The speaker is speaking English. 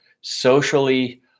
socially